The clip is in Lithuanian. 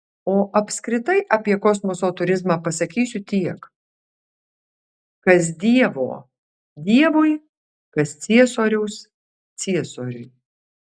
o apskritai apie kosmoso turizmą pasakysiu tiek kas dievo dievui kas ciesoriaus ciesoriui